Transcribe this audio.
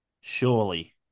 Surely